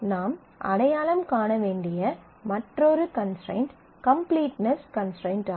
நாம் அடையாளம் காண வேண்டிய மற்றொரு கன்ஸ்ட்ரைண்ட் கம்ப்ளீட்நெஸ் கன்ஸ்ட்ரைண்ட் ஆகும்